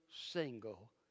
single